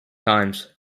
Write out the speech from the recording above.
times